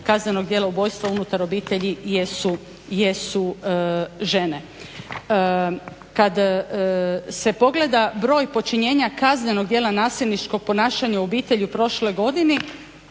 kaznenog djela ubojstva unutar obitelji jesu žene. Kad se pogleda broj počinjenja kaznenog djela nasilničkog ponašanja u obitelji u prošloj godini